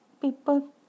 people